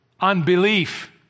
Unbelief